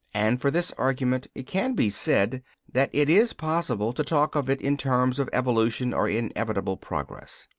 and for this argument it can be said that it is possible to talk of it in terms of evolution or inevitable progress.